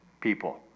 people